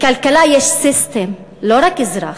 בכלכלה יש סיסטם, לא רק אזרח,